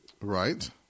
Right